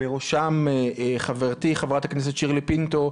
ובראשה חברתי חברת הכנסת שירלי פינטו,